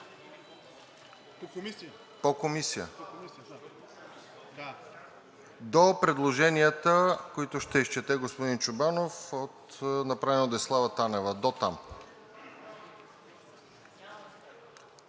По Комисия – до предложението, които ще изчете господин Чобанов, направено от Десислава Танева, дотам.